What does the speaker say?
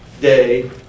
day